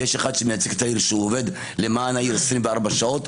ויש אחד שעובד למען העיר 24 שעות,